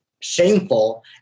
shameful